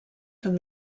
from